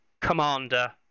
commander